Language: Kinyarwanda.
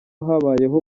habayeho